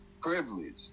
Privilege